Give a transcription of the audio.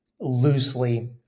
loosely